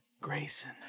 Grayson